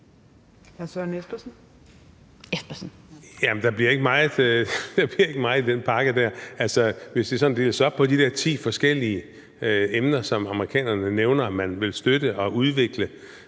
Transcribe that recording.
der bliver ikke meget i den pakke der. Altså, hvis det sådan deles op på de der ti forskellige emner, som amerikanerne nævner man vil støtte og udvikle,